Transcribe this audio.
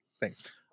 Thanks